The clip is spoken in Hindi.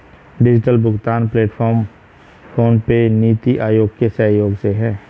डिजिटल भुगतान प्लेटफॉर्म फोनपे, नीति आयोग के सहयोग से है